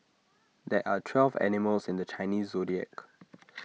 there are twelve animals in the Chinese Zodiac